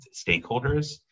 stakeholders